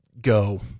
go